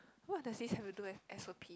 what does this have to do with s_o_p